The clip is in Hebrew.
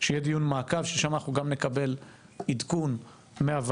שיהיה דיון מעקב ששם אנחנו גם נקבל עדכון מהוועדה.